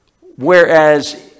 Whereas